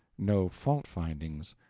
no fault-finding,